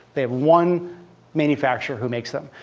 they have one manufacturer who makes them.